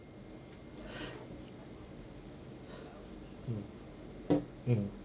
mm mm